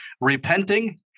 repenting